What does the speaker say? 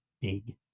big